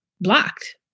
blocked